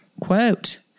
Quote